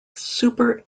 super